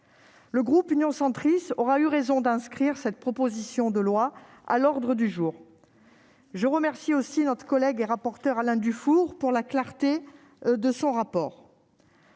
Le groupe Union Centriste aura eu raison d'inscrire cette proposition de loi à l'ordre du jour de nos travaux. Je remercie aussi notre collègue et rapporteur Alain Duffourg pour la clarté de son rapport.